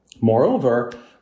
Moreover